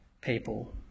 people